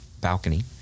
balcony